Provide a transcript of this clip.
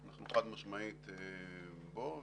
אנחנו חד משמעית בו,